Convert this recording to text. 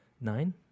nine